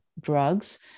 drugs